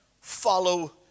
follow